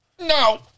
No